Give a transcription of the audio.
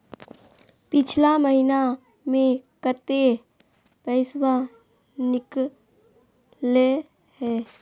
पिछला महिना मे कते पैसबा निकले हैं?